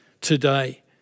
today